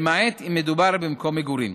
למעט אם מדובר במקום מגורים.